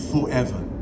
forever